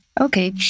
Okay